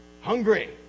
hungry